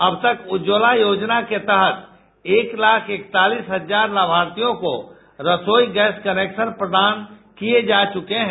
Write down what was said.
अबतक उज्ज्वला योजना के तहत एक लाख इकतालीस हजार लाभार्थियों को रसोई गैस कनेक्शन प्रदान किये जा चुके हैं